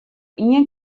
ien